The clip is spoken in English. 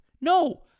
No